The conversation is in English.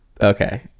okay